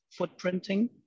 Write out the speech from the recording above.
footprinting